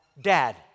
dad